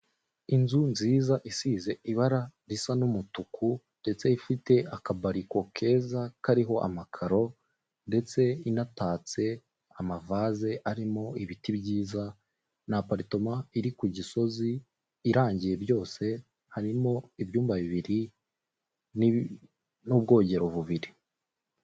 Inzu nziza isize ibara risa nk'umutuku ndetse ifite akabariko keza kariho amakaro ndetse inatatse amavase arimo ibiti byiza na aparitoma iri ku gisozi irangiye byose harimo ibyumba bibiri n'ubwogero bubiri.